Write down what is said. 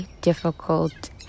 difficult